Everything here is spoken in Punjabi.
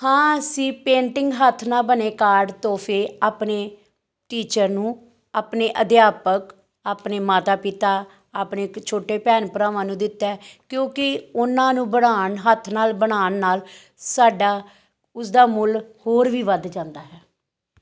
ਹਾਂ ਅਸੀਂ ਪੇਂਟਿੰਗ ਹੱਥ ਨਾਲ ਬਣੇ ਕਾਰਡ ਤੋਹਫੇ ਆਪਣੇ ਟੀਚਰ ਨੂੰ ਆਪਣੇ ਅਧਿਆਪਕ ਆਪਣੇ ਮਾਤਾ ਪਿਤਾ ਆਪਣੇ ਇੱਕ ਛੋਟੇ ਭੈਣ ਭਰਾਵਾਂ ਨੂੰ ਦਿੱਤਾ ਕਿਉਂਕਿ ਉਹਨਾਂ ਨੂੰ ਬਣਾਉਣ ਹੱਥ ਨਾਲ ਬਣਾਉਣ ਨਾਲ ਸਾਡਾ ਉਸਦਾ ਮੁੱਲ ਹੋਰ ਵੀ ਵੱਧ ਜਾਂਦਾ ਹੈ